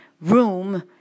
room